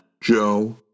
Joe